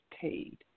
paid